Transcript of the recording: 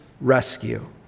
rescue